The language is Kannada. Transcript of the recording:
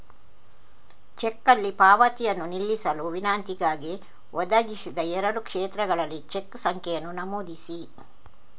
ಚೆಕ್ನಲ್ಲಿ ಪಾವತಿಯನ್ನು ನಿಲ್ಲಿಸಲು ವಿನಂತಿಗಾಗಿ, ಒದಗಿಸಿದ ಎರಡೂ ಕ್ಷೇತ್ರಗಳಲ್ಲಿ ಚೆಕ್ ಸಂಖ್ಯೆಯನ್ನು ನಮೂದಿಸಿ